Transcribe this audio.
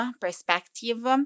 perspective